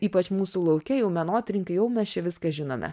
ypač mūsų lauke jau menotyrininkai jau mes čia viską žinome